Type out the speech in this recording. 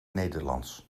nederlands